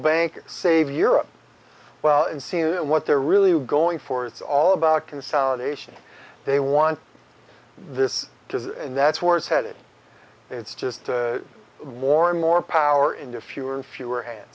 bank save europe well and seen what they're really going for it's all about consolidation they want this because that's where it's headed it's just more and more power in the few and fewer hand